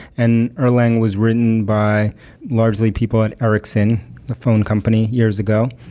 and erlang was written by largely people at ericsson, the phone company years ago.